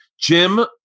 jim